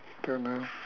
don't know